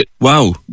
Wow